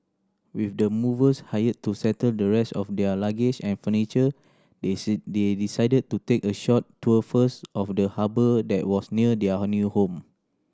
with the movers hired to settle the rest of their luggage and furniture they say they decided to take a short tour first of the harbour that was near their new home